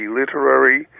literary